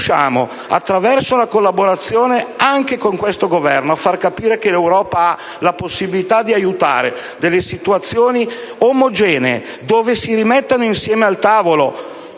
riusciamo, anche attraverso la collaborazione con questo Governo, a far capire che l'Europa ha la possibilità di aiutare delle situazioni omogenee, dove si rimettono allo stesso tavolo